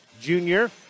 Junior